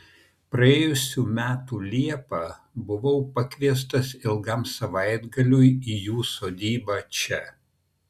praėjusių metų liepą buvau pakviestas ilgam savaitgaliui į jų sodybą čia